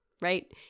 right